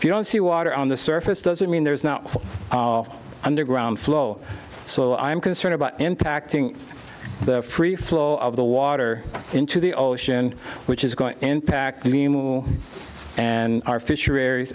if you don't see water on the surface does it mean there is no underground flow so i'm concerned about impacting the free flow of the wall into the ocean which is going to impact the moon and our fisheries